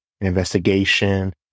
investigation